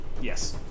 Yes